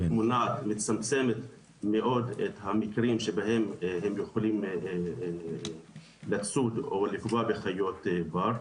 מצמצת מאוד את המקרים שבהם הם יכולים לצוד או לפגוע בחיות בר.